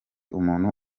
umuntu